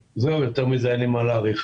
זהו, יותר מזה אין לי מה להאריך.